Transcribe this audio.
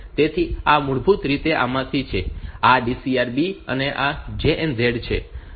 તેથી આ મૂળભૂત રીતે આમાંથી છે આ DCR B અને આ JNZ છે